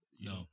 no